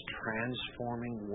transforming